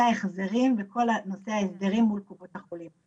ההחזרים וכל נושא ההסדרים מול קופות החולים.